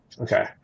Okay